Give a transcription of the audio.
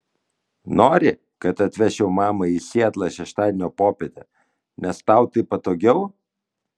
nori kad atvežčiau mamą į sietlą šeštadienio popietę nes tau taip patogiau